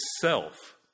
self